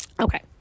Okay